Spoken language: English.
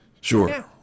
Sure